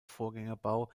vorgängerbau